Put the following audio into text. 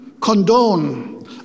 condone